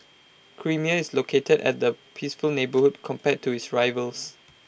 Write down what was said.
creamier is located at A peaceful neighbourhood compared to its rivals